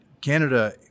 Canada